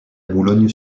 boulogne